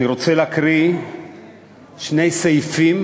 אני רוצה להקריא שני סעיפים